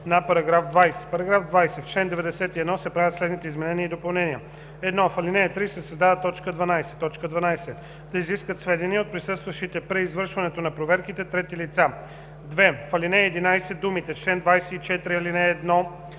§ 20: „§ 20. В чл. 91 се правят следните изменения и допълнения: 1. В ал. 3 се създава т. 12: „12. да изискват сведения от присъстващите при извършването на проверките трети лица.“ 2. В ал. 11 думите „чл. 24, ал. 1